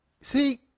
See